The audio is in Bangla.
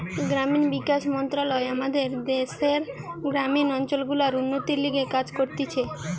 গ্রামীণ বিকাশ মন্ত্রণালয় আমাদের দ্যাশের গ্রামীণ অঞ্চল গুলার উন্নতির লিগে কাজ করতিছে